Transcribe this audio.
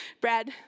Brad